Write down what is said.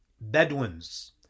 Bedouins